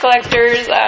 collectors